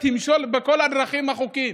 היא תמשול בכל הדרכים החוקיות.